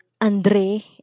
Andre